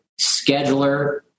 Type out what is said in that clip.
scheduler